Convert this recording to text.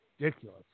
ridiculous